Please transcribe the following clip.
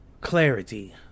clarity